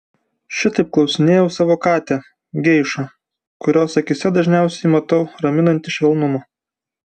šitaip klausinėju savo katę geišą kurios akyse dažniausiai matau raminantį švelnumą